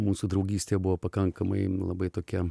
mūsų draugystė buvo pakankamai labai tokia